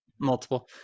Multiple